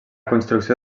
construcció